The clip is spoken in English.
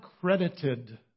credited